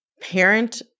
parent